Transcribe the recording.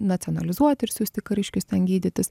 nacionalizuoti ir siųsti kariškius ten gydytis